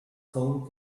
phone